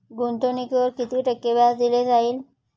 गुंतवणुकीवर किती टक्के व्याज दिले जाईल?